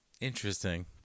Interesting